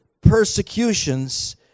persecutions